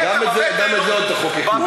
גם את זה עוד תחוקקו בטח.